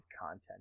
content